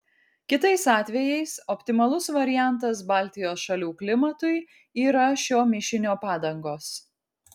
kitais atvejais optimalus variantas baltijos šalių klimatui yra šio mišinio padangos